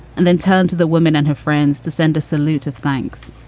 and then turned to the woman and her friends to send a salute. thanks.